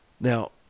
Now